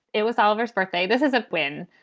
it was oliver's birthday. this is a win.